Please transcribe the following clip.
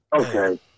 Okay